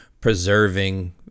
preserving